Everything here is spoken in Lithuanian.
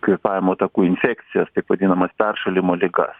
kvėpavimo takų infekcijas taip vadinamas peršalimo ligas